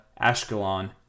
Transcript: Ashkelon